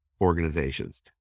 organizations